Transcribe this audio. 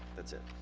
that's it